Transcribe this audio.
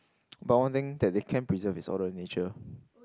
but one thing that the camp preserve is all the nature